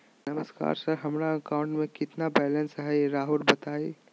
नमस्कार सर हमरा account number में कितना बैलेंस हेई राहुर बताई?